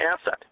asset